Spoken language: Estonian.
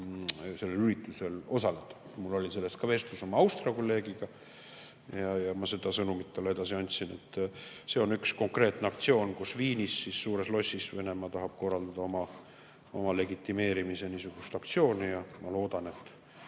sellel üritusel osaleda. Mul oli sellest ka vestlus oma Austria kolleegiga ja ma seda sõnumit talle edasi andsin. See on üks konkreetne aktsioon, kus Viinis suures lossis Venemaa tahab korraldada oma legitimeerimise niisugust aktsiooni, ja ma loodan, et